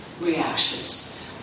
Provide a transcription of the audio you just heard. reactions